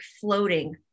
floating